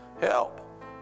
Help